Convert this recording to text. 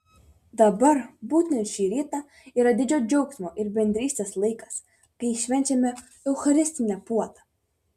dabar būtent šį rytą yra didžio džiaugsmo ir bendrystės laikas kai švenčiame eucharistinę puotą